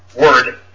word